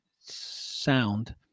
sound